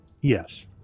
Yes